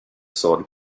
sword